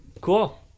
Cool